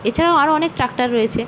এছাড়াও আরও অনেক ট্র্যাক্টর রয়েছে